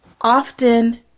Often